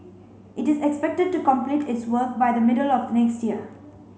it is expected to complete its work by the middle of next year